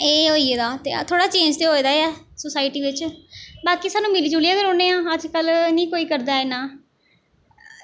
एह् होई गेदा ते थोह्ड़ा चेंज़ ते होए दा ऐ सोसायटी बिच्च बाकी सानूं मिली जुलियै गै रौह्न्ने आं अज्जकल निं करदा कोई इन्ना